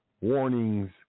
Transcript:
warnings